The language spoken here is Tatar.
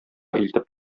илтеп